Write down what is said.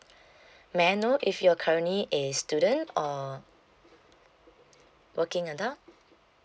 may I know if you're currently a student or working adult